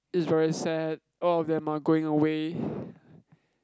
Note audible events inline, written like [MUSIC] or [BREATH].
it's very sad all of them are going away [BREATH]